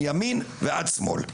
מימין ועד שמאל.